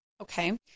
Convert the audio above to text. Okay